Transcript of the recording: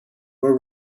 were